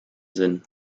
sinn